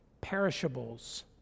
Perishables